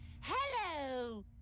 Hello